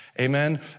Amen